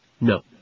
No